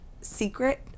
secret